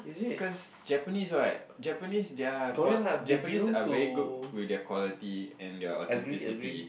because Japanese right Japanese their qual~ Japanese are very good with their quality and their authenticity